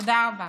תודה רבה.